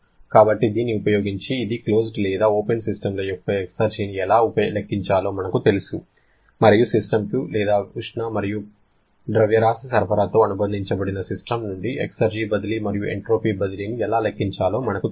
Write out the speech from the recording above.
కాబట్టి దీన్ని ఉపయోగించి ఇప్పుడు క్లోజ్డ్ లేదా ఓపెన్ సిస్టమ్ ల యొక్క ఎక్సర్జీని ఎలా లెక్కించాలో మనకు తెలుసు మరియు సిస్టమ్కు లేదా ఉష్ణ పని మరియు ద్రవ్యరాశి సరఫరాతో అనుబంధించబడిన సిస్టమ్ నుండి ఎక్సర్జీ బదిలీ మరియు ఎంట్రోపీ బదిలీని ఎలా లెక్కించాలో మనకు తెలుసు